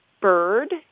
bird